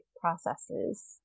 processes